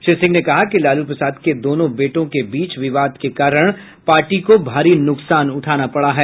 श्री सिंह ने कहा कि लालू प्रसाद के दोनों बेटों के बीच विवाद के कारण पार्टी को भारी नुकसान उठाना पड़ा है